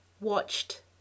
Watched